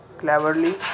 Cleverly